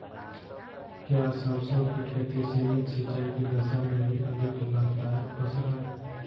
क्या सरसों की खेती सीमित सिंचाई की दशा में भी अधिक लाभदायक फसल है?